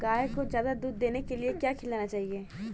गाय को ज्यादा दूध देने के लिए क्या खिलाना चाहिए?